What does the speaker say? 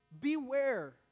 Beware